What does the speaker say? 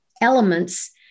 elements